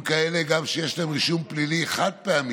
גם כאלה שיש להם רישום פלילי חד-פעמי,